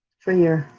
for your